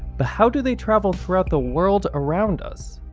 but how do they travel throughout the world around us?